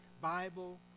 Bible